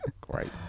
Great